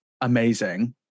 amazing